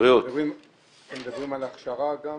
מדברים על הכשרה, גם